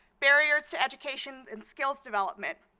barriers to education and skill development,